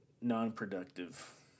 non-productive